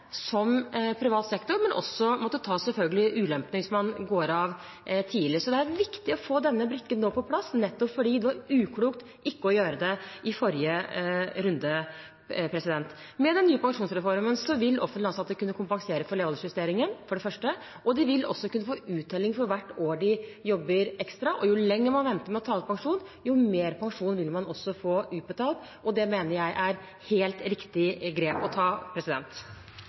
som dem i privat sektor, men også selvfølgelig måtte ta ulempen hvis man går av tidlig. Det er viktig nå å få denne brikken på plass nettopp fordi det var uklokt ikke å gjøre det i forrige runde. Med den nye pensjonsreformen vil offentlig ansatte kunne kompensere for levealdersjusteringen – for det første – og de vil også kunne få uttelling for hvert år de jobber ekstra. Og jo lenger man venter med å ta ut pensjon, jo mer pensjon vil man også få utbetalt. Det mener jeg er et helt riktig grep å ta.